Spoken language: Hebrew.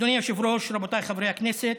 אדוני היושב-ראש, רבותיי חברי הכנסת,